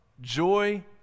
joy